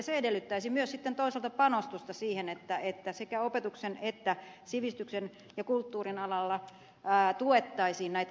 se edellyttäisi myös sitten toisaalta panostusta siihen että sekä opetuksen että sivistyksen ja kulttuurin alalla tuettaisiin näitä investointihankkeita